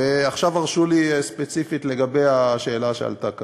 עכשיו הרשו לי להתייחס ספציפית לשאלה שעלתה כאן.